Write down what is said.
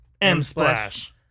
M-Splash